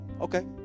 okay